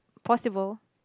possible